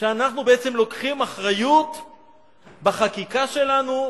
שאנחנו בעצם לוקחים אחריות בחקיקה שלנו,